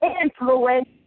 influence